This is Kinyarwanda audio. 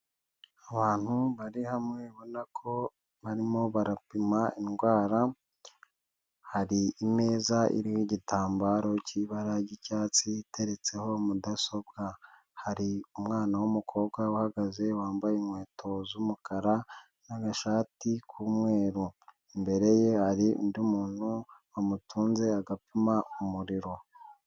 Abantu bari hamwe babona ko barimo barapima indwara, hari imeza iriho igitambaro cy'ibara ry'icyatsi iteretseho mudasobwa. Hari umwana w'umukobwa uhagaze wambaye inkweto z'umukara n'agashati k'umweru. Imbere ye hari undi muntu watunze agapima umuriro.